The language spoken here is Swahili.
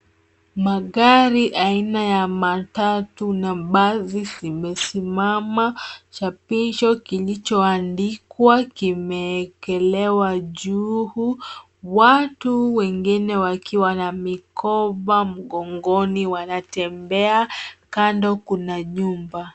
Magari aina ya matatu na basi zimesimama. Chapisho kilichoandikwa kimeekelewa juu. Watu wengine wakiwa na mikoba mgongoni wanatembea. Kando kuna nyumba.